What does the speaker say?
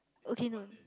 okay no